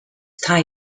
tai